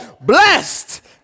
Blessed